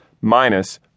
minus